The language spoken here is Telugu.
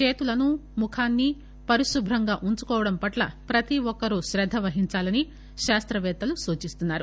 చేతులను ముఖాన్ని పరిశుభ్రంగా ఉంచుకోవడం పట్ల ప్రతి ఒక్కరు క్రద్ద వహించాలని శాస్త్ర పేత్తలు సూచిస్తున్నారు